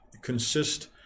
Consist